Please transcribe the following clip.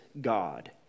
God